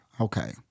okay